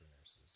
nurses